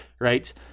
right